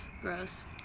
Gross